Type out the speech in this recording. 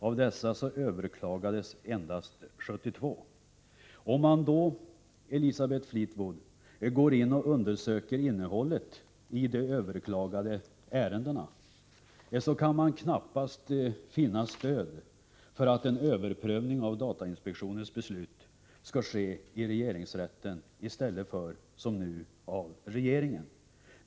Av dessa överklagades endast 72. Om man, Elisabeth Fleetwood, undersöker innehållet i de överklagade ärendena, kan man knappast finna stöd för ståndpunkten att en överprövning av datainspektionens beslut skall ske i regeringsrätten i stället för, som nu, i regeringen.